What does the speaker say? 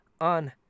On